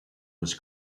was